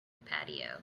patio